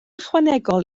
ychwanegol